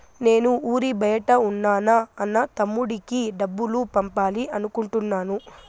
నేను ఊరి బయట ఉన్న నా అన్న, తమ్ముడికి డబ్బులు పంపాలి అనుకుంటున్నాను